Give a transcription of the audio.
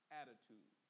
attitude